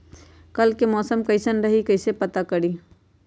कल के मौसम कैसन रही कई से पता करी?